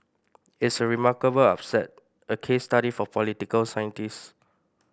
it's a remarkable upset a case study for political scientists